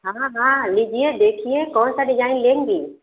हाँ हाँ लीजिए देखिए कौन सा डिजाईन लेंगी